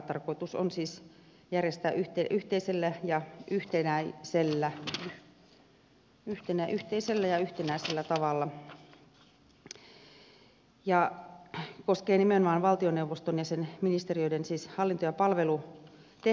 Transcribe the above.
tämä on siis tarkoitus järjestää yhteisellä ja yhtenäisellä tavalla ja tämä koskee nimenomaan valtioneuvoston ja sen ministeriöiden hallinto ja palvelutehtäviä